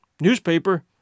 newspaper